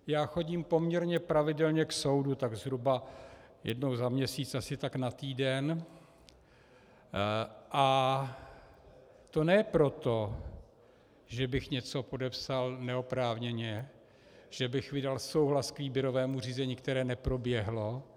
Já chodím poměrně pravidelně k soudu, zhruba jednou za měsíc asi tak na týden, a to ne proto, že bych něco podepsal neoprávněně, že bych vydal souhlas k výběrovému řízení, které neproběhlo.